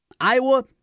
Iowa